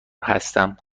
هستم